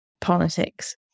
Politics